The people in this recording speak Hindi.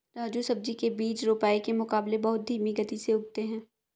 राजू सब्जी के बीज रोपाई के मुकाबले बहुत धीमी गति से उगते हैं